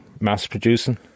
mass-producing